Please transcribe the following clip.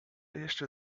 jeszcze